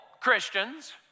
Christians